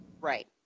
Right